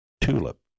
TULIP